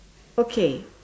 okay